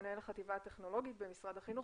מנהל החטיבה הטכנולוגית במשרד החינוך